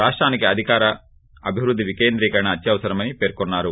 రాప్రానికి అధికార అభివృద్ది వికేంద్రీకరణ అత్యవసరెమని పేర్కొన్సారు